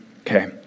Okay